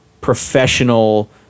professional